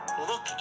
Look